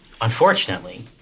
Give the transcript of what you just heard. Unfortunately